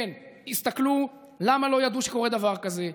כן, שיסתכלו: למה לא ידעו שקורה דבר כזה?